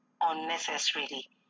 unnecessarily